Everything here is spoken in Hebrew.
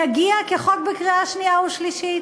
יגיע כחוק לקריאה שנייה ושלישית?